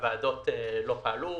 שהוועדות לא פעלו